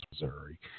Missouri